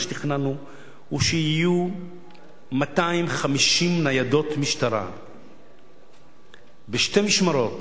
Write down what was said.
מה שתכננו הוא שיהיו 250 ניידות משטרה בשתי משמרות,